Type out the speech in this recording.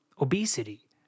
obesity